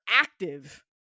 active